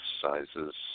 sizes